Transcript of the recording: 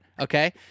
Okay